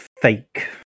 fake